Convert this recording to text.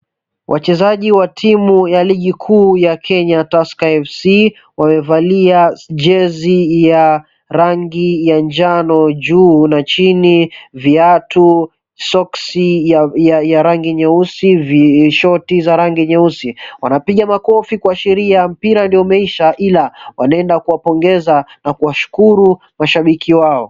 Wachezaji wa timu ya ligi kuu ya Kenya 'Tusker FC' wamevalia jezi ya rangi ya njano juu na chini viatu, soksi ya rangi nyeusi na shoti ya rangi nyeusi. Wanapiga makofi kuashiria mpira ndo umeisha ila wanaenda kuwapongeza na kuwashukuru mashabiki wao.